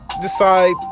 decide